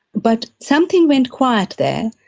but something went quiet there.